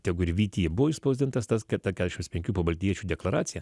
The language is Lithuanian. tegu ir vytyje buvo išspausdintas tas kad ta keturiasdešimt penkių pabaltijiečių deklaracija